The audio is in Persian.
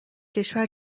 کشور